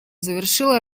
завершила